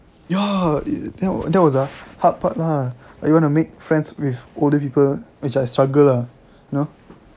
ya that was that was a hard part lah like you wanna make friends with older people which I struggle lah you know